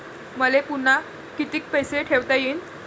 मले पुन्हा कितीक पैसे ठेवता येईन?